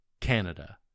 canada